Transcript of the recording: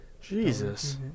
Jesus